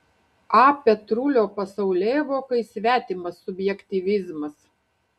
a petrulio pasaulėvokai svetimas subjektyvizmas